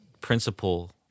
principle